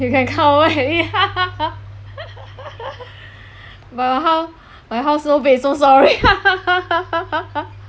you can come over and eat but how my house no bed so sorry